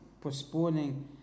Postponing